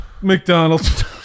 McDonald's